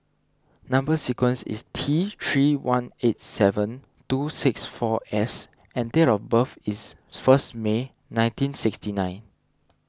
Number Sequence is T three one eight seven two six four S and date of birth is first May nineteen sixty nine